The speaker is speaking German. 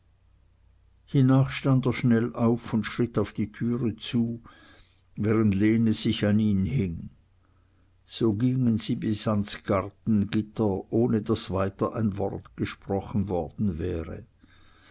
stand er schnell auf und schritt auf die tür zu während lene sich an ihn hing so gingen sie bis an das gartengitter ohne daß weiter ein wort gesprochen worden wäre